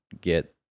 get